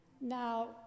Now